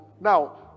now